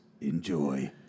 Enjoy